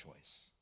choice